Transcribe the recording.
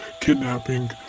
Kidnapping